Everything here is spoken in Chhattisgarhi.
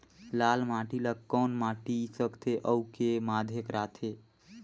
लाल माटी ला कौन माटी सकथे अउ के माधेक राथे?